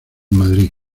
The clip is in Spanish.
madrid